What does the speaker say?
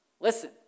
listen